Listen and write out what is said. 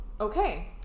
okay